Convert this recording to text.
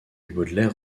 baudelaire